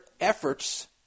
efforts